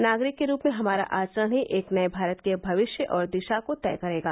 नागरिक के रूप में हमारा आचरण ही एक नए भारत के भविष्य और दिशा को तय करेगा